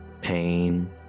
pain